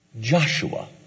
Joshua